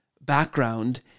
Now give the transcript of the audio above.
background